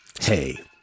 Hey